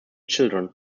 children